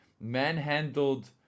manhandled